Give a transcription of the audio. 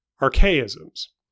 archaisms